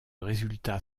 résultat